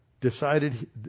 decided